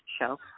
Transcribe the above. show